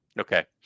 Okay